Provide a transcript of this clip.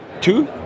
Two